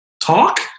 Talk